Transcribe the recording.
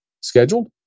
scheduled